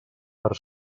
per